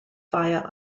via